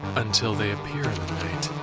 until they appear in the night,